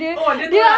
oh dia tolak